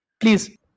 Please